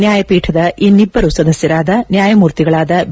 ನ್ನಾಯಪೀಠದ ಇನ್ನಿಬ್ಲರು ಸದಸ್ಸರಾದ ನ್ನಾಯಮೂರ್ತಿಗಳಾದ ಬಿ